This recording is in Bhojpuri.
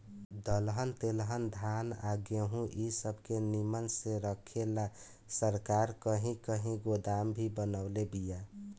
दलहन तेलहन धान आ गेहूँ इ सब के निमन से रखे ला सरकार कही कही गोदाम भी बनवले बिया